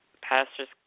pastors